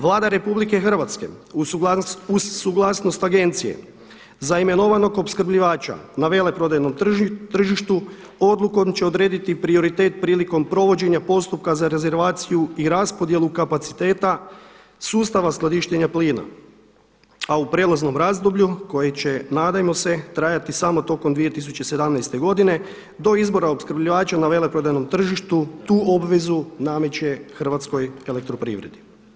Vlada RH uz suglasnost agencije za imenovanog opskrbljivača ne veleprodajnom tržištu odlukom će odrediti prioritet prilikom provođenja postupka za rezervaciju i raspodjelu kapaciteta sustava skladištenja plina, a u prijelaznom razdoblju koji će nadajmo se trajati samo tokom 2017. godine do izbora opskrbljivača na veleprodajnom tržištu tu obvezu nameće Hrvatskoj elektroprivredi.